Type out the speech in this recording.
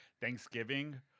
Thanksgiving